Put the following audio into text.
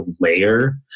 layer